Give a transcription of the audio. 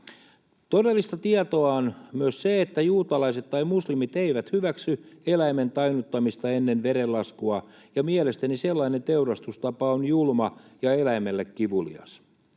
Todellista tietoa on myös se, että juutalaiset tai muslimit eivät hyväksy eläimen tainnuttamista ennen verenlaskua, ja mielestäni sellainen teurastustapa on julma ja eläimelle kivulias.